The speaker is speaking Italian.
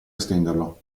estenderlo